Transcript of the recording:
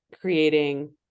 creating